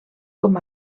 com